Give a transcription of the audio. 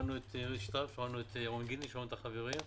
שמענו את איריס שטרק, את ירון גינדי ואת החברים.